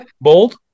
bold